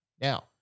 Now